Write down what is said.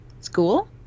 school